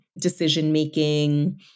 decision-making